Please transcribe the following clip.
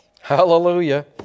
Hallelujah